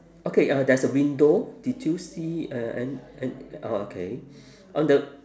okay uh there's a window did you see uh an~ an~ orh okay on the